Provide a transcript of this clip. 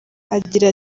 agira